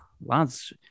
Lads